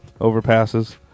overpasses